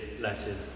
Latin